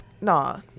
Nah